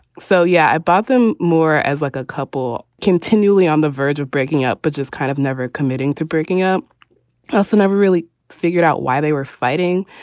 so, yeah, i bought them more as like a couple continually on the verge of breaking up, but just kind of never committing to breaking up. i also never really figured out why they were fighting,